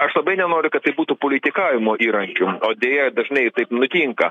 aš labai nenoriu kad tai būtų politikavimo įrankiu o deja dažnai taip nutinka